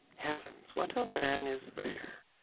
heavens, what a man is there!